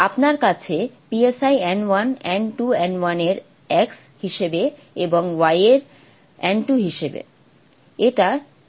আপনার কাছে n 1 n 2 n 1 এর x হিসাবে এবং y এর n 2 হিসাবে